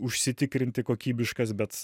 užsitikrinti kokybiškas bet